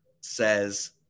says